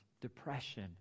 depression